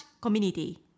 Community